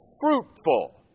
fruitful